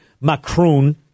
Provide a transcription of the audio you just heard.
Macron